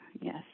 Yes